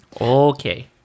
Okay